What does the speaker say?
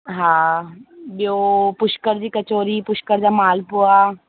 हा ॿियो पुष्कर जी कचौड़ी पुष्कर जा मालपूआ